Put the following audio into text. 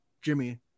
Jimmy